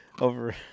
over